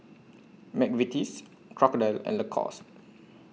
Mcvitie's Crocodile and Lacoste